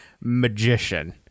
magician